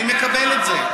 אני מקבל את זה.